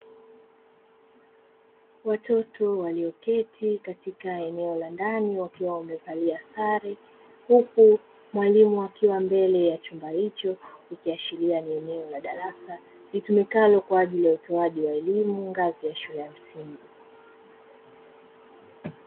Watoto walioketi katika eneo la ndani, wakiwa wamevalia sare, huku mwalimu akiwa mbele ya chumba hicho. Ikiashiria ni eneo la darasa litumikalo kwa ajili ya utoaji wa elimu, ngazi ya shule ya msingi.